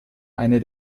eine